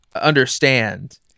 understand